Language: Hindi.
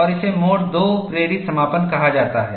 और इसे मोड II प्रेरित समापन कहा जाता है